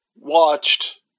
watched